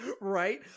Right